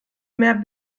mehr